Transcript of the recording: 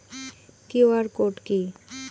QR code কি?